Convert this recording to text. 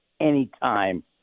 anytime